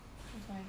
that's why